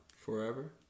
forever